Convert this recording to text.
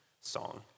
song